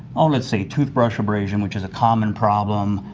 um and say, toothbrush abrasion which is a common problem,